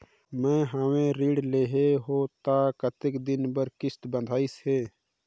मैं हवे ऋण लेहे हों त कतेक दिन कर किस्त बंधाइस हे?